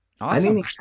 Awesome